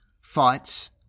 fights